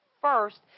first